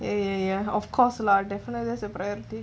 eh of course lah definitely that's the priority